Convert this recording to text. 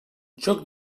joc